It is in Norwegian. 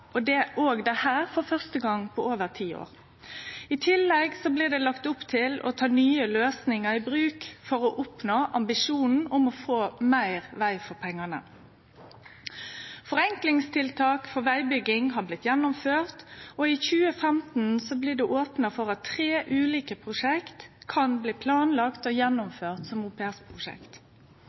for første gong på over ti år. I tillegg blir det lagt opp til å ta nye løysingar i bruk for å oppnå ambisjonen om å få meir veg for pengane. Forenklingstiltak for vegbygging har blitt gjennomførte, og i 2015 blir det opna for at tre ulike prosjekt kan bli planlagde og gjennomførte som